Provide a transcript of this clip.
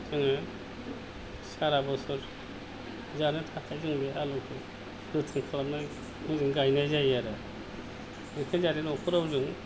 जोङो सारा बोसोर जानो थाखाय जों बे आलुखौ जोथोन खालामना मोजाङै गायनाय जायो आरो ओंख्रि जानो न'खराव जों